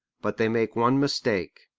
but they make one mistake.